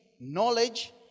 knowledge